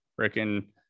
freaking